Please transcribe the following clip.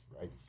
right